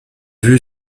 vue